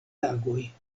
tagoj